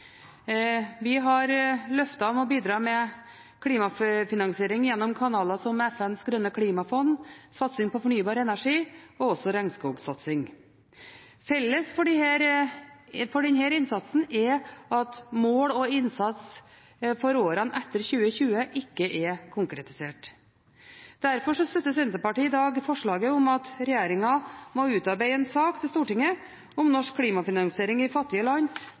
Vi har gitt løfter om å bidra med klimafinansiering gjennom kanaler som FNs grønne klimafond, satsing på fornybar energi og regnskogsatsing. Felles for denne innsatsen er at mål og innsats for årene etter 2020 ikke er konkretisert. Derfor er Senterpartiet i dag medforslagsstiller til forslaget om at regjeringen må utarbeide en sak til Stortinget om norsk klimafinansiering i fattige land